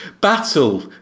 battle